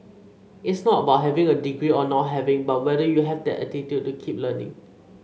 it's not about having a degree or not having but whether you have that attitude to keep learning